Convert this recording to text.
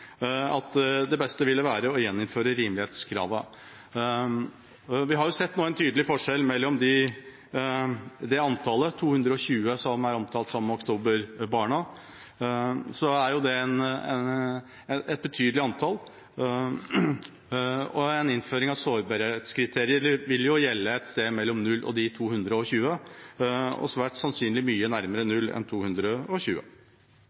at det beste ville være å gjeninnføre rimelighetskravet. Vi har nå sett en tydelig forskjell mellom det antallet, 220, som er omtalt som oktoberbarna – det er jo et betydelig antall – og det som ved en innføring av sårbarhetskriterier vil gjelde et sted mellom 0 og de 220 – svært sannsynlig mye nærmere